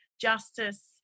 justice